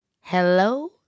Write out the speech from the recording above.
Hello